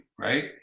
right